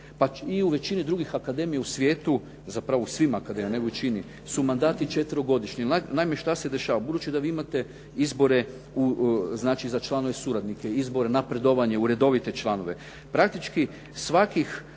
pa i u većini drugih akademija u svijetu, zapravo u svim akademijama, ne u većini su mandati četverogodišnji. Naime, što se dešava. Budući da vi imate izbore znači za članove suradnike, izbor napredovanja u redovite članove. Praktički svakih